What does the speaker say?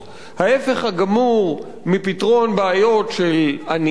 ההיפך הגמור מפתרון בעיות של עניים,